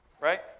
right